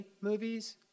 movies